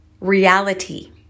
reality